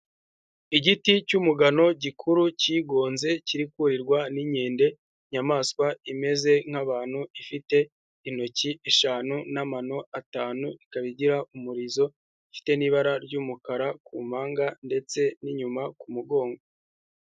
Igiti cy'umugano gikuru, kigonze kiri kurirwa n'inkende; inyamaswa imeze nk'abantu, ifite intoki eshanu n'amano atanu, ikaba igira umurizo, ifite n'ibara ry'umukara ku mpanga ndetse n'inyuma ku mugongo.